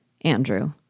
Andrew